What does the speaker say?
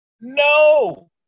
no